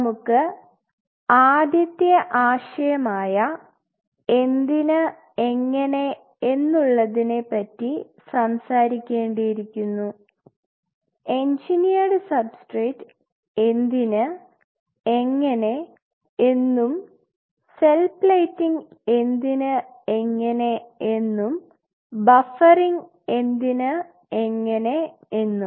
നമുക്ക് ആദ്യത്തെ ആശയം ആയ എന്തിന് എങ്ങനെ എന്നുള്ളതിനെ പറ്റി സംസാരിക്കേണ്ടി ഇരിക്കുന്നു എൻജിനീയട് സബ്സ്ട്രേറ്റ് എന്തിന് എങ്ങനെ എന്നും സെൽ പ്ലേറ്റിംഗ് എന്തിന് എങ്ങനെ എന്നും ബഫറിംഗ് എന്തിന് എങ്ങനെ എന്നും